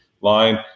line